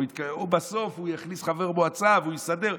או בסוף יכניס חבר מועצה והוא יסדר.